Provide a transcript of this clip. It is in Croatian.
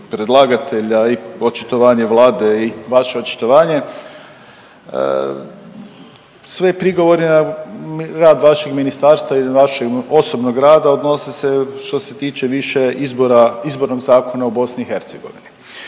predlagatelja i očitovanje vlade i vaše očitovanje svi prigovori na rad vašeg ministarstva i vaše osobnog rada odnose se što se tiče više izbora, izbornog zakona u BiH.